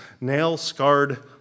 nail-scarred